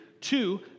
Two